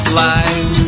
life